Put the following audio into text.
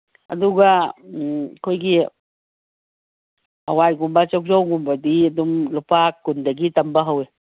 ꯑꯗꯨꯒ ꯑꯩꯈꯣꯏꯒꯤ ꯍꯋꯥꯏꯒꯨꯝꯕ ꯆꯧ ꯆꯧꯒꯨꯝꯕꯗꯤ ꯑꯗꯨꯝ ꯂꯨꯄꯥ ꯀꯨꯟꯗꯒꯤ ꯇꯝꯕ ꯍꯧꯋꯤ